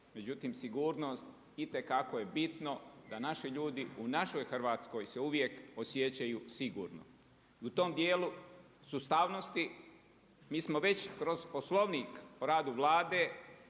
međutim sigurnost itekako je bitno da naši ljudi u našoj Hrvatskoj se uvijek osjećaju sigurno. I u tom dijelu sustavnosti mi smo već kroz Poslovnik o radu Vlade